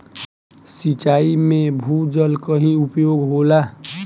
सिंचाई में भूजल क ही उपयोग होला